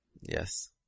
Yes